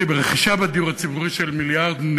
ברכישה בדיור הציבורי של 1.1 מיליארד,